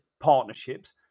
partnerships